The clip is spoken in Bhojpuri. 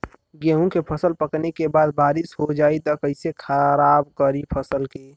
गेहूँ के फसल पकने के बाद बारिश हो जाई त कइसे खराब करी फसल के?